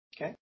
Okay